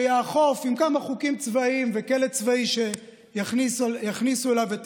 שיאכפו עם כמה חוקים צבאיים וכלא צבאי שיכניסו אליו את